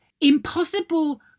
impossible